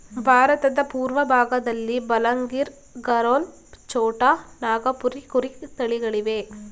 ಭಾರತದ ಪೂರ್ವಭಾಗದಲ್ಲಿ ಬಲಂಗಿರ್, ಗರೋಲ್, ಛೋಟಾ ನಾಗಪುರಿ ಕುರಿ ತಳಿಗಳಿವೆ